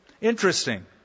Interesting